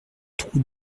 trou